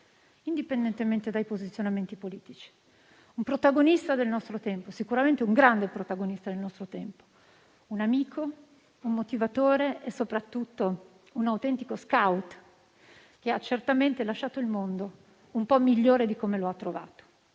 indipendentemente dai posizionamenti politici. Un protagonista del nostro tempo, sicuramente un grande protagonista del nostro tempo, un amico, un motivatore e soprattutto un autentico *scout* che ha certamente lasciato il mondo un po' migliore di come lo ha trovato.